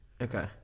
Okay